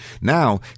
Now